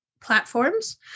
platforms